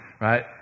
right